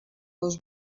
les